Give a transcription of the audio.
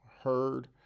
heard